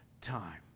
time